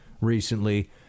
recently